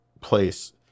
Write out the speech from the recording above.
place